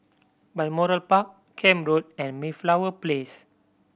Balmoral Park Camp Road and Mayflower Place